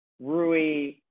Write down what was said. Rui